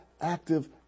active